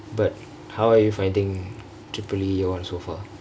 but how are you findingk triple E all so far